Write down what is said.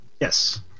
Yes